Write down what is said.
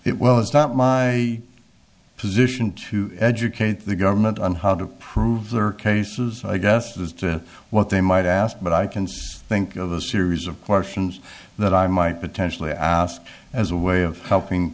it well it's not my position to educate the government on how to prove their cases i guess as to what they might ask but i can think of a series of questions that i might potentially ask as a way of helping